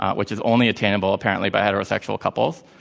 which is only attainable, apparently, by heterosexual couples.